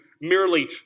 merely